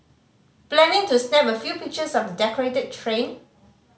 planning to snap a few pictures of the decorated train